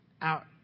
out